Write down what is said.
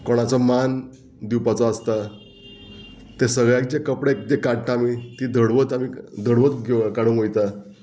कोणाचो मान दिवपाचो आसता ते सगळ्याचे कपडे जे काडटा आमी ती धडवत आमी धडवत घेव काडूंक वयता